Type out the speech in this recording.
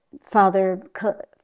Father